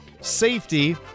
Safety